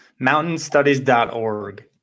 mountainstudies.org